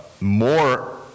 more